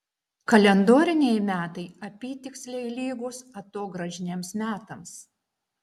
kalendoriniai metai apytiksliai lygūs atogrąžiniams metams